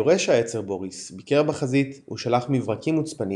יורש העצר בוריס ביקר בחזית ושלח מברקים מוצפנים